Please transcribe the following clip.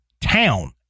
town